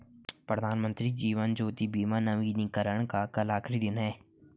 प्रधानमंत्री जीवन ज्योति बीमा नवीनीकरण का कल आखिरी दिन है